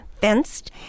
fenced